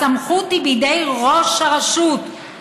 הסמכות היא בידי ראש הרשות,